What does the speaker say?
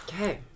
Okay